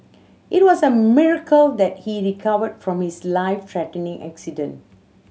it was a miracle that he recovered from his life threatening accident